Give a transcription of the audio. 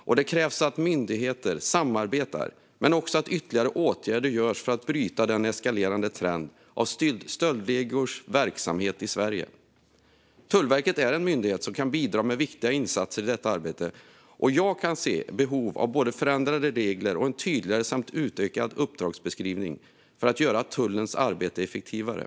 Det krävs därför att myndigheter samarbetar men också att ytterligare åtgärder görs för att bryta den eskalerande trenden för stöldligors verksamhet i Sverige. Tullverket är en myndighet som kan bidra med viktiga insatser i detta arbete, och jag kan se behov av både förändrade regler och en tydligare och utökad uppdragsbeskrivning för att göra tullens arbete effektivare.